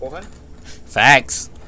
Facts